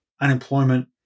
unemployment